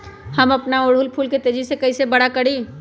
हम अपना ओरहूल फूल के तेजी से कई से बड़ा करी?